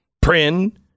prin